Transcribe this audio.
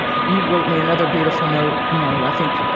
you wrote me another beautiful note, you know, i think,